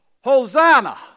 Hosanna